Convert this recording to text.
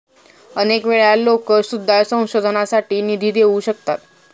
अनेक वेळा लोकं सुद्धा संशोधनासाठी निधी देऊ शकतात